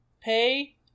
pay